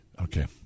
Okay